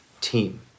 team